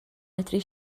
medru